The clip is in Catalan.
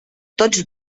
tots